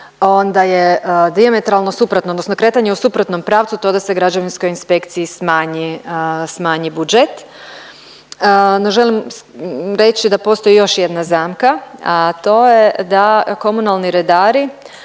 odnosno kretanje u suprotnom pravcu to da se građevinskoj inspekciji smanji, smanji budžet. No, želim reći da postoji još jedna zamka, a to je da komunalni redari